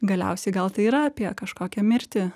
galiausiai gal tai yra apie kažkokią mirtį